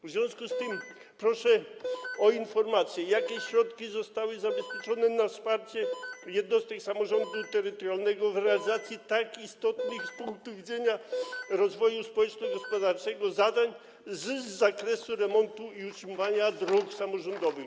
W związku z tym proszę o informację, jakie środki zostały zabezpieczone na wsparcie jednostek samorządu terytorialnego w realizacji tak istotnych z punktu widzenia rozwoju społeczno-gospodarczego zadań z zakresu remontu i utrzymywania dróg samorządowych.